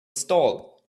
stall